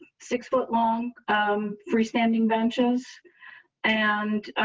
six foot long um freestanding ventures and